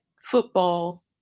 football